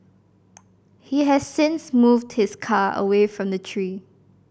he has since moved his car away from the tree